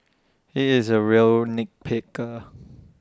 he is A real nit picker